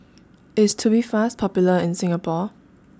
IS Tubifast Popular in Singapore